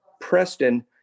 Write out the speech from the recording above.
Preston